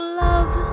love